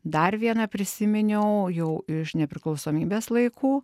dar vieną prisiminiau jau iš nepriklausomybės laikų